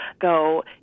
go